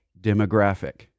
demographic